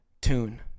tune